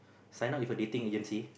sign up with a dating agency